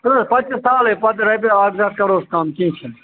پَتہٕ چھُ سہلٕے پَتہٕ رۄپیہِ اَکھ زٕ ہَتھ کٔرہوس کَم کیٚنٛہہ چھُنہٕ